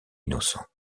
innocent